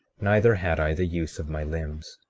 neither had i the use of my limbs.